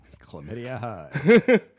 Chlamydia